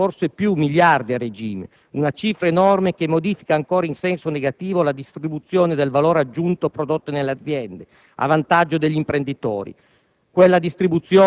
euro, o forse più, a regime; una cifra enorme, che modifica ancora in senso negativo la distribuzione del valore aggiunto prodotto nelle aziende a vantaggio degli imprenditori: